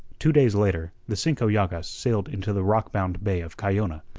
two days later, the cinco llagas sailed into the rock-bound bay of cayona,